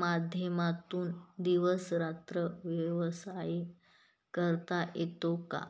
माध्यमातून दिवस रात्र व्यवसाय करता येतो का?